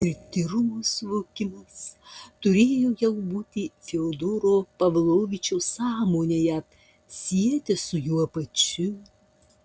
ir tyrumo suvokimas turėjo jau būti fiodoro pavlovičiaus sąmonėje sietis su juo pačiu